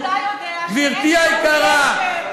גם אתה יודע שאין שום קשר.